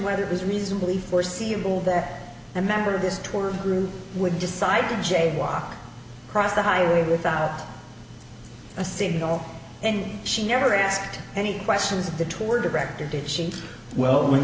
whether it was reasonably foreseeable that a member of this tour group would decide to jaywalk across the highway without a signal and she never asked any questions of the tour director did she well when